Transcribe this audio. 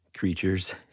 creatures